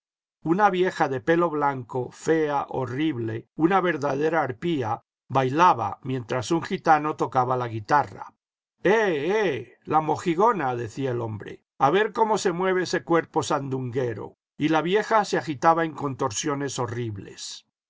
una vieja de pelo blanco fea horrible una vf dadera arpía bailaba mientras un gitano tocaba la guitarra eh eh la mojigona decía el hombre a ver cómo se mueve ese cuerpo sandunguero y la vieja se agitaba en contorsiones horribles